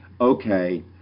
okay